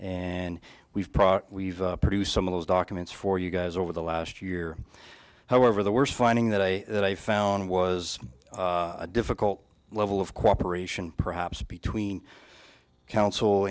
brought we've produced some of those documents for you guys over the last year however the worst finding that i that i found was a difficult level of cooperation perhaps between council